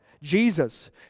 Jesus